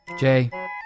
Jay